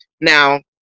Now